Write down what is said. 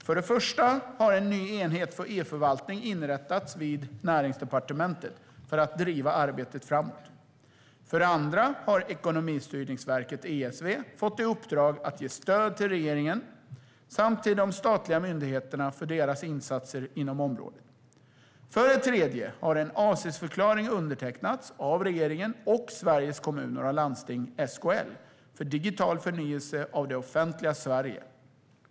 För det första har en ny enhet för e-förvaltning inrättats vid Näringsdepartementet för att driva arbetet framåt. För det andra har Ekonomistyrningsverket, ESV, fått i uppdrag att ge stöd till regeringen samt till de statliga myndigheterna för deras insatser inom området. För det tredje har en avsiktsförklaring undertecknats av regeringen och Sveriges Kommuner och Landsting, SKL, för digital förnyelse av det offentliga Sverige.